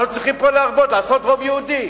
אנחנו צריכים פה להרבות, לעשות רוב יהודי.